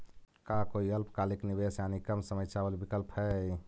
का कोई अल्पकालिक निवेश यानी कम समय चावल विकल्प हई?